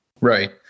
Right